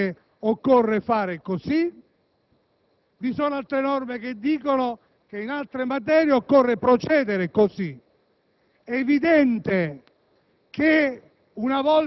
ci dicono che in alcune materie occorre fare così; vi sono altre norme che dicono che in altre materie occorre procedere così.